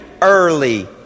early